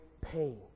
pain